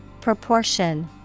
Proportion